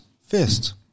fist